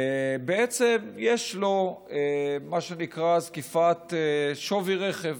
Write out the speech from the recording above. בעצם יש לו מה שנקרא "זקיפת שווי רכב".